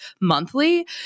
monthly